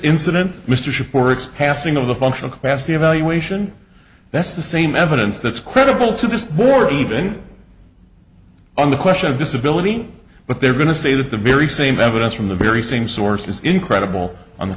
incident mr supports passing of the functional capacity evaluation that's the same evidence that's credible to just more even on the question of disability but they're going to say that the very same evidence from the very same source is incredible on the